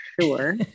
sure